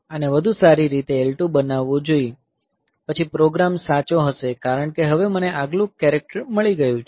આને વધુ સારી રીતે L2 બનાવવું જોઈએ પછી પ્રોગ્રામ સાચો હશે કારણ કે હવે મને આગલું કેરેક્ટર મળી ગયું છે